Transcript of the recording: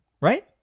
right